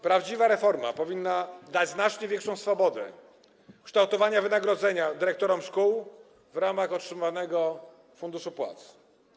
Prawdziwa reforma powinna dać znacznie większą swobodę kształtowania wynagrodzenia dyrektorom szkół w ramach otrzymywanego funduszu płac.